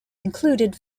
included